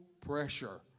pressure